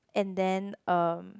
and then um